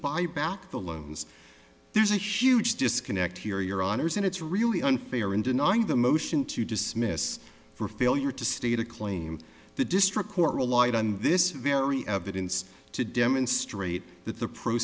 buy back the loans there's a huge disconnect here your honour's and it's really unfair in denying the motion to dismiss for failure to state a claim the district court relied on this very evidence to demonstrate that the pro